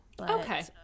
Okay